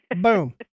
Boom